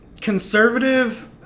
conservative